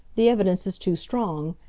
the evidence is too strong.